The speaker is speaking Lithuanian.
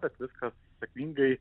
bet viskas sėkmingai